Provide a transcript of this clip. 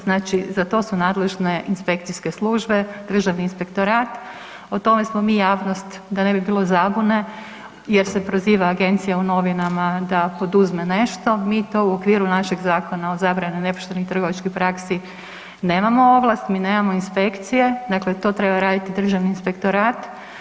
Znači za to su nadležne inspekcijske službe, Državni inspektorat, o tome smo mi javnost da ne bi bilo zabune, jer se proziva agencija u novinama da poduzme nešto, mi to u okviru našeg Zakona o zabrani nepoštenih trgovačkih praksi nemamo ovlast, mi nemamo inspekcije, dakle to treba raditi Državni inspektorat.